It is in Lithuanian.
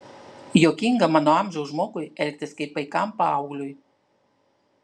juokinga mano amžiaus žmogui elgtis kaip paikam paaugliui